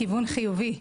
הכיוון חיובי.